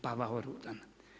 Pavao Rudan“